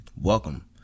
Welcome